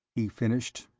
he finished,